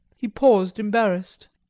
he paused, embarrassed.